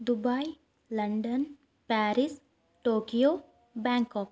Dubai London Paris Tokyo Bangkok